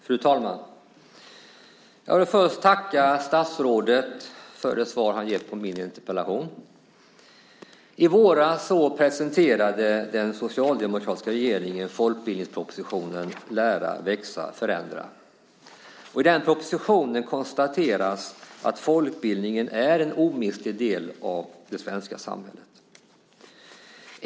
Fru talman! Jag vill börja med att tacka statsrådet för svaret på min interpellation. I våras presenterade den socialdemokratiska regeringen folkbildningspropositionen Lära, växa, förändra . I den konstateras att folkbildningen är en omistlig del av det svenska samhället.